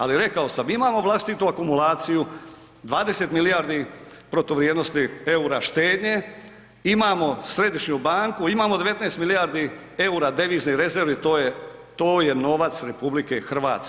Ali rekao sam imamo vlastitu akumulaciju 20 milijardi protuvrijednosti eura štednje, imamo središnju banku, imamo 19 milijardi eura deviznih rezervi to je novac RH.